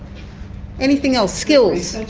anything else? skills.